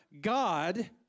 God